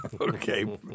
Okay